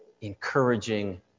encouraging